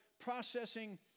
processing